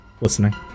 listening